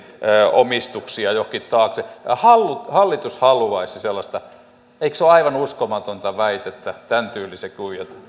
omistuksia johonkin taakse että hallitus haluaisi sellaista eikö ole aivan uskomatonta väitettä tämäntyyliset kuviot